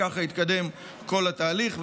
וככה יתקדם כל התהליך,